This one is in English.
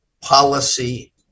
policy